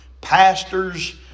Pastors